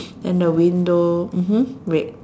then the window mmhmm wait